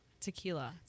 Tequila